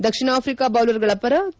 ದಕ್ಷಿಣ Africa ಬೌಲರ್ಗಳ ಪರ K